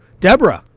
debra.